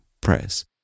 press